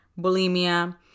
bulimia